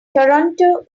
toronto